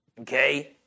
okay